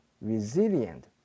resilient